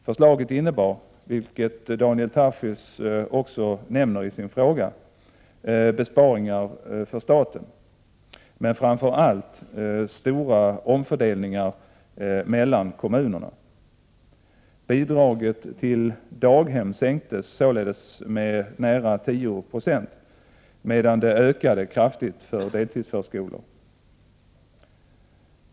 Förslaget innebar, vilket Daniel Tarschys också nämner i sin fråga, besparingar för staten, men framför allt stora omfördelningar mellan kommunerna. Bidraget till daghem sänktes således med nära 10 26 medan det ökade kraftigt för deltidsförskolor.